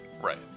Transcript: Right